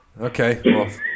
Okay